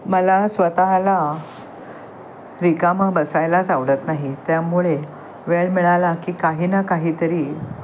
मला स्वतःला रिकामं बसायलाच आवडत नाही त्यामुळे वेळ मिळाला की काही ना काहीतरी